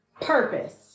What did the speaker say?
purpose